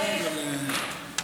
זה רון אמר.